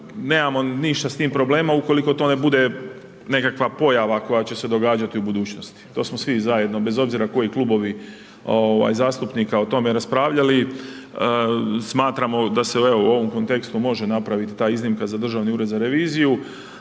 Nemamo ništa s tim problema ukoliko to ne bude nekakva pojava koja će se događati u budućnosti. To smo svi zajedno bez obzira koji klubovi zastupnika o tome raspravljali. Smatramo da se evo u ovom kontekstu može napraviti ta iznimka za Državni ured za reviziju